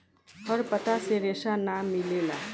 हर पत्ता से रेशा ना मिलेला